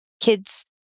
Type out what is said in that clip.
kids